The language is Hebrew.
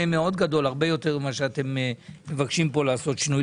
הרבה יותר ממה שאתם מבקשים פה לעשות שינוי.